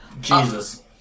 Jesus